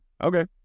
okay